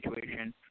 situation